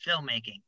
filmmaking